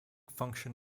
function